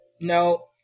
No